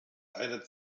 eine